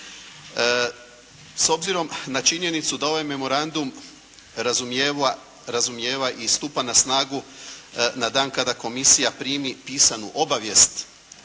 S obzirom na činjenicu da ovaj Memorandum razumijeva i stupa na snagu na dan kada komisija primi pisanu obavijest